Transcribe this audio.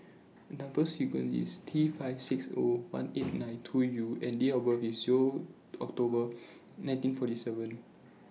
Number sequence IS T five six O one eight nine two U and Date of birth IS O October nineteen forty seven